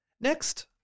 Next